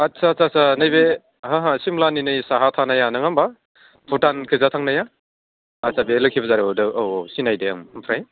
आदसा आदसा साह नैबे हा हा सिमलानि नै साहा थानाया नोङा होनबा भुटान खोइजा थांनाया आदसा दे लोक्षि बाजारनि औ औ सिनायदों आमफ्राय